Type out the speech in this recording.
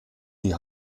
die